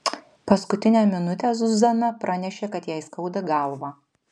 paskutinę minutę zuzana pranešė kad jai skauda galvą